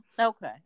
okay